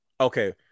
Okay